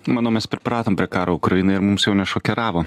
manau mes pripratom prie karo ukrainoje ir mus jau nešokiravo